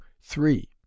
three